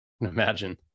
Imagine